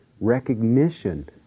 recognition